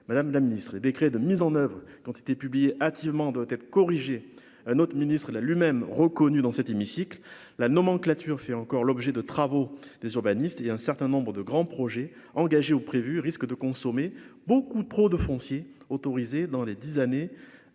madame la ministre et décret de mise en oeuvre qui ont été publiés hâtivement doit être corrigé, un autre ministre, elle a lui-même reconnu dans cet hémicycle, la nomenclature fait encore l'objet de travaux des urbanistes et un certain nombres de grands projets engagés au prévus risque de consommer beaucoup trop de foncier autorisé dans les 10 années